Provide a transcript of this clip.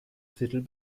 titel